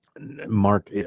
Mark